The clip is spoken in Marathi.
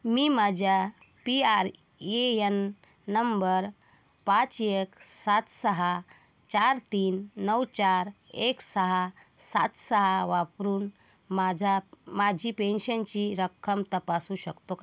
मी माझ्या P R A N number पाच एक सात सहा चार तीन नऊ चार एक सहा सात सहा वापरून माझा माझी पेन्शनची रक्कम तपासू शकतो का